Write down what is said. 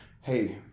Hey